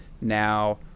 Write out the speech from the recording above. now